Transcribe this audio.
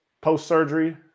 post-surgery